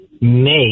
make